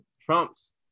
Trump's